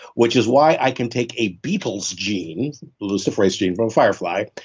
which is why i can take a beetle's gene luciferase gene from firefly,